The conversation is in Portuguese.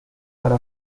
para